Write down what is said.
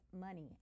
money